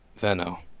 Venno